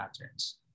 patterns